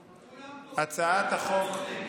כולם טועים.